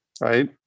Right